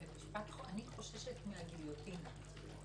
אני חוששת מהגיליוטינה.